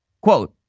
quote